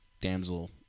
damsel